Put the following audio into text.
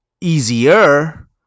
easier